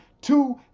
Two